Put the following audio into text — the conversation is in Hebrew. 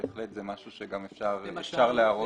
בהחלט זה משהו שאפשר להראות לכם.